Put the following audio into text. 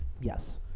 Yes